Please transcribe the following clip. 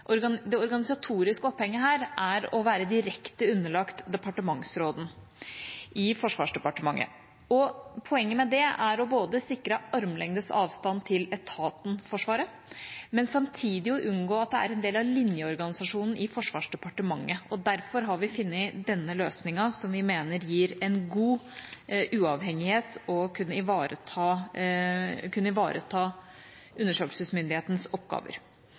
det organisatoriske opphenget her å være direkte underlagt departementsråden i Forsvarsdepartementet. Poenget med det er både å sikre armlengdes avstand til etaten Forsvaret, og samtidig unngå at det er en del av linjeorganisasjonen i Forsvarsdepartementet. Derfor har vi funnet denne løsningen som vi mener gir en god uavhengighet, og som ivaretar undersøkelsesmyndighetens oppgaver.